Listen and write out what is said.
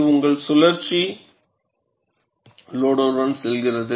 இது உங்கள் சுழ்ற்சி லோடுடன் செல்கிறது